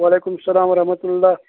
وعلیکُم سلام ورحمتہ اللہ